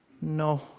no